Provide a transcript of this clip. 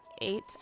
eight